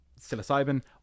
psilocybin